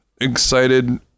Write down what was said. excited